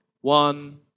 One